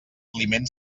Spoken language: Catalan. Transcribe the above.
climent